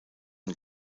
und